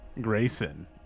Grayson